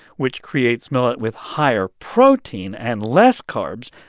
which creates millet with higher protein and less carbs,